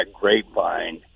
grapevine